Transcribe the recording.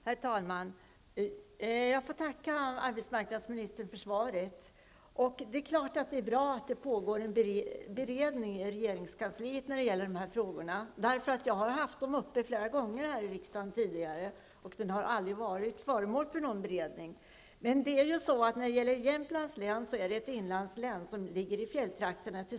Herr talman! Jag får tacka arbetsmarknadsministern för svaret. Det är bra att det pågår en beredning i regeringskansliet i denna fråga. Jag har haft frågan uppe flera gånger här i riksdagen tidigare, men den har aldrig varit föremål för någon beredning. Jämtlands län är ett inlandslän, som till större delen ligger i fjälltrakterna.